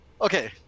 Okay